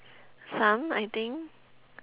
some I think